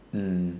mm